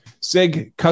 SIG